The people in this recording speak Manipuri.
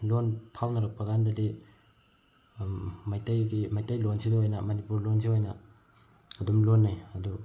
ꯂꯣꯟ ꯐꯥꯎꯅꯔꯛꯄ ꯀꯥꯟꯗꯗꯤ ꯃꯩꯇꯩꯒꯤ ꯃꯩꯇꯩ ꯂꯣꯟꯁꯤꯗ ꯑꯣꯏꯅ ꯃꯅꯤꯄꯨꯔ ꯂꯣꯟꯁꯤ ꯑꯣꯏꯅ ꯑꯗꯨꯝ ꯂꯣꯟꯅꯩ ꯑꯗꯨ